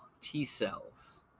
T-cells